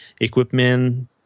equipment